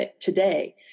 today